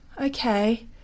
okay